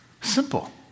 Simple